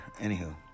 Anywho